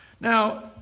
Now